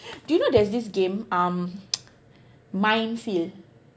do you know there's this game um minefield